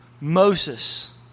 Moses